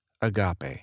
Agape